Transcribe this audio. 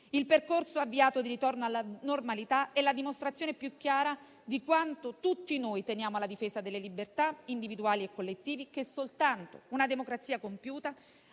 Il percorso avviato di ritorno alla normalità è la dimostrazione più chiara di quanto tutti noi teniamo alla difesa delle libertà individuali e collettive che soltanto una democrazia compiuta,